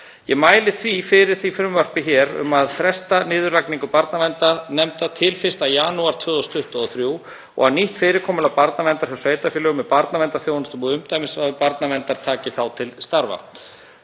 Ég mæli því fyrir frumvarpi um að fresta niðurlagningu barnaverndarnefnda til 1. janúar 2023 og að nýtt fyrirkomulag barnaverndar hjá sveitarfélögum með barnaverndarþjónustum og umdæmissvæðum barnaverndar taki þá til starfa.